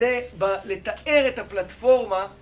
כדי לתאר את הפלטפורמה